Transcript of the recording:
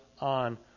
on